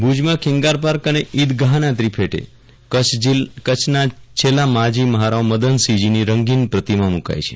ભુજમાં ખેંગારપાર્ક અને ઈદગાફના ત્રિલેટે કચ્છના છેલ્લા માજી મફારાવ મદનસિંફજીની રંગીન પ્રતિમા મૂકાઈ છે